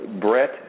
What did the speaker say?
Brett